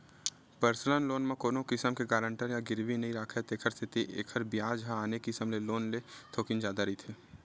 personal loan म कोनो किसम के गारंटर या गिरवी नइ राखय तेखर सेती एखर बियाज ह आने किसम के लोन ले थोकिन जादा रहिथे